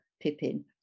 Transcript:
Pippin